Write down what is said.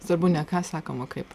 svarbu ne ką sakom o kaip